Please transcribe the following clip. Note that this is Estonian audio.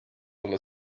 olla